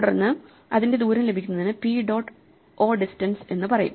തുടർന്ന് അതിന്റെ ദൂരം ലഭിക്കുന്നതിന് p ഡോട്ട് o ഡിസ്റ്റൻസ് എന്ന് പറയും